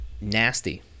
nasty